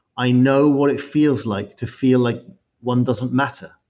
i know what it feels like to feel like one doesn't matter.